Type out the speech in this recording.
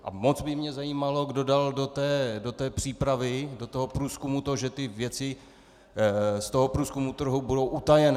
A moc by mě zajímalo, kdo dal do té přípravy, do toho průzkumu to, že ty věci z toho průzkumu trhu budou utajené.